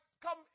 come